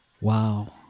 Wow